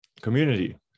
community